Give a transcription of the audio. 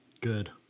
Good